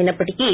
అయినప్పటికీ